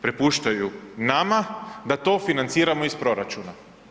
Prepuštaju nama da to financiramo iz proračuna.